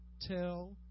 tell